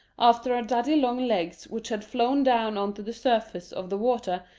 after a daddy long-legs which had flown down on to the surface of the water,